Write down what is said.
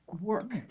work